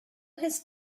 his